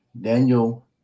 Daniel